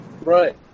Right